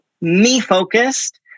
me-focused